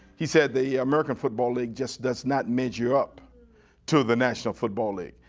he said the american football league just does not measure up to the national football league.